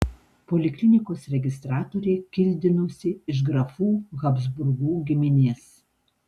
poliklinikos registratorė kildinosi iš grafų habsburgų giminės